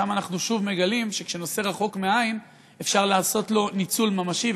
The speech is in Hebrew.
שם אנחנו שוב מגלים שכשנושא רחוק מהעין אפשר לעשות בו ניצול ממשי,